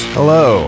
Hello